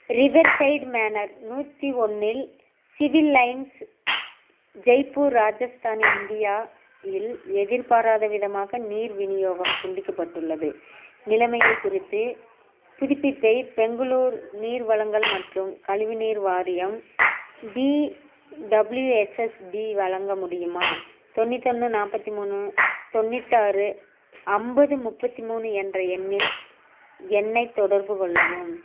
riverside manor நூற்றி ஒன்றில் civil lines ஸ் ஜெய்ப்பூர் ராஜஸ்தான் இந்தியா இல் எதிர்பாராதவிதமாக நீர் விநியோகம் துண்டிக்கப்பட்டுள்ளது நிலைமையை குறித்து புதுப்பிப்பை பெங்களூர் நீர் வழங்கல் மற்றும் கழிவுநீர் வாரியம் பிடபிள்யூஎஸ்எஸ்பி வழங்க முடியுமா தொண்ணூற்று ஒன்று நாற்பத்தி மூணு தொண்ணூத்தாறு ஐம்பது முப்பத்தி மூணு என்ற எண்ணில் என்னைத் தொடர்புகொள்ளவும்